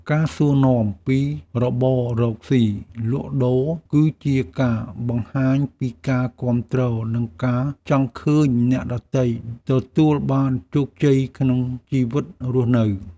ការសួរនាំពីរបររកស៊ីលក់ដូរ គឺជាការបង្ហាញពីការគាំទ្រនិងការចង់ឃើញអ្នកដទៃទទួលបានជោគជ័យក្នុងជីវិតរស់នៅ។